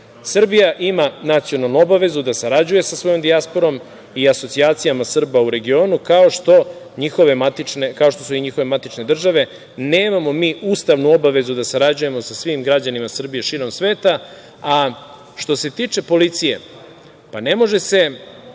ima nacionalnu obavezu da sarađuje sa svojom dijasporom i asocijacijama Srba u regionu kao što su njihove matične države. Nemamo mi ustavnu obavezu da sarađujemo sa svim građanima Srbije širom sveta. A što se tiče policije, pa ne može se